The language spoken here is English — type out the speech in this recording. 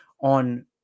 on –